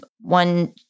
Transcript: one